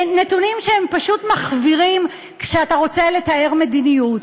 נתונים שפשוט מחווירים כשאתה רוצה לתאר מדיניות.